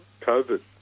COVID